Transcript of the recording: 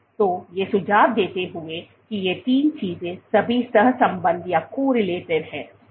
तो ये सुझाव देते हैं कि ये तीन चीजें सभी सहसंबद्ध हैं